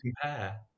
compare